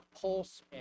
pulse